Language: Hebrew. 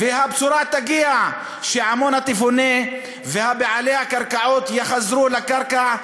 והבשורה תגיע: עמונה תפונה ובעלי הקרקעות יחזרו לקרקע,